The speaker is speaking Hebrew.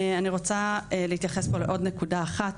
אני רוצה להתייחס פה לעוד נקודה אחת,